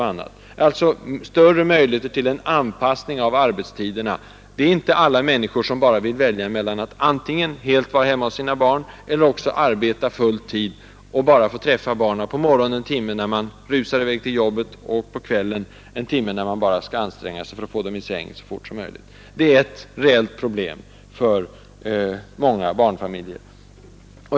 I många situationer har man tänkt sig behov av anpassning av arbetstiderna. Det är många människor som inte nöjer sig med ett val mellan att antingen helt vara hemma hos sina barn eller också arbeta full tid och bara få träffa barnen en timme på morgonen, när man rusar i väg, och en timme på kvällen, när man skall anstränga sig för att få dem i säng så fort som möjligt. Detta är ett reellt problem för många barnfamiljer.